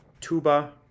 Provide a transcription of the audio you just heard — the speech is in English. tuba